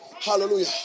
Hallelujah